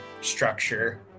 structure